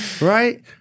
right